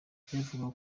byavugaga